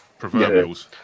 proverbials